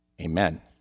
amen